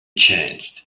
changed